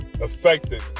affected